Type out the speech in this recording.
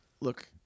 look